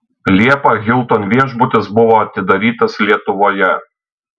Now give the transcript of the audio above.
liepą hilton viešbutis buvo atidarytas lietuvoje